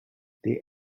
they